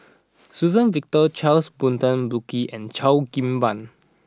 Suzann Victor Charles Burton Buckley and Cheo Kim Ban